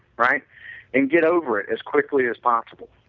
right and get over it as quickly as possible.